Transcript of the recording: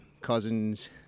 cousins